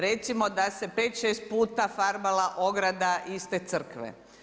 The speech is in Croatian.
Recimo da se 5 ,6 puta farbala ograda iste crkve.